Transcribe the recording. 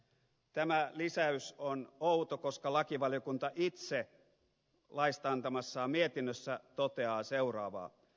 tämä lisäys on outo koska lakivaliokunta itse laista antamassaan mietinnössä toteaa seuraavaa